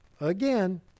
again